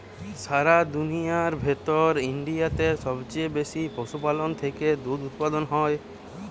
সারা দুনিয়ার ভেতর ইন্ডিয়াতে সবচে বেশি পশুপালনের থেকে দুধ উপাদান হয়